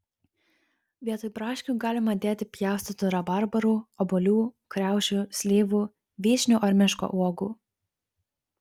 vietoj braškių galima dėti pjaustytų rabarbarų obuolių kriaušių slyvų vyšnių ar miško uogų